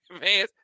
man